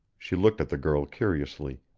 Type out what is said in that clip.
she looked at the girl curiously.